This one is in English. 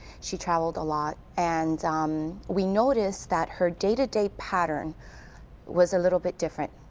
she traveled a lot and um we noticed that her day to day pattern was a little bit different,